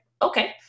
Okay